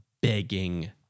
begging